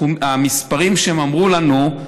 המספרים שהם אמרו לנו,